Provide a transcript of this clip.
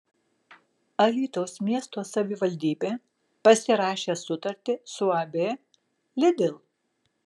alytaus miesto savivaldybė pasirašė sutartį su uab lidl